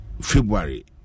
February